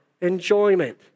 enjoyment